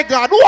God